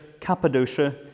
Cappadocia